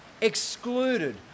excluded